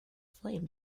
flame